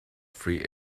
three